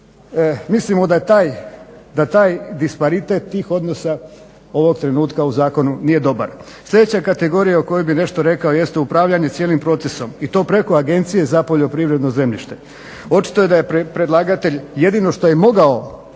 mislimo da taj disparitet tih odnosa ovog trenutka u zakonu nije dobar. Sljedeća kategorija o kojoj bih nešto rekao jest upravljanje cijelim procesom i to preko agencije za poljoprivredno zemljište. Očito je da je predlagatelj jedino što je mogao